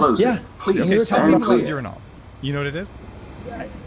yeah okay. tell people about zearalanol. do you know what it is? yeah